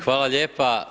Hvala lijepa.